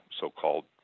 so-called